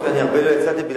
אני לא יצאתי הרבה,